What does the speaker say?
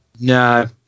No